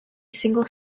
single